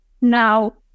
now